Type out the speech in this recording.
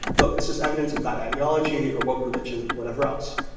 look, this is evidence of bad ideology or work, religion, whatever else.